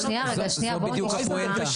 זו בדיוק הפואנטה.